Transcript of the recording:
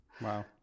Wow